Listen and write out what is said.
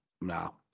no